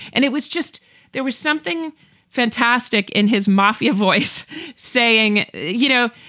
and it was just there was something fantastic in his mafia voice saying, you know,